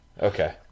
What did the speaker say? okay